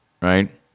Right